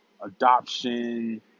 adoption